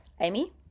Amy